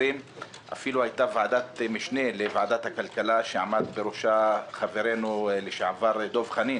אפילו הייתה ועדת משנה לוועדת הכלכלה שעמד בראשה חברינו לשעבר דב חנין,